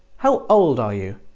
how old are you